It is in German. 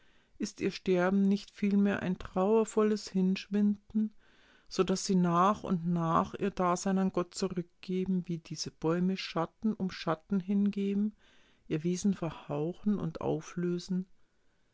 ist ihr sterben nicht vielmehr ein trauervolles hinschwinden so daß sie nach und nach ihr dasein an gott zurückgeben wie diese bäume schatten um schatten hingeben ihr wesen verhauchen und auflösen